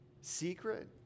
secret